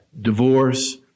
divorce